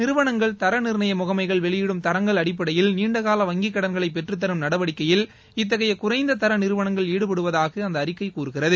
நிறுவனங்கள் தர நிர்ணய முகமைகள் வெளியிடும் தரங்கள் அடிப்படையில் நீண்டகால வங்கிக் கடன்களை பெற்றத்தரும் நடவடிக்கையில் இத்தகைய குறைந்த தர நிறுவனங்கள் ஈடுபடுவதாக அந்த அறிக்கை கூறுகிறது